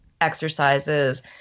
exercises